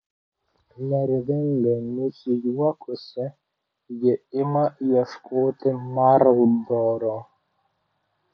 nervingai nusijuokusi ji ima ieškoti marlboro